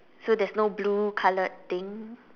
so there's no blue coloured thing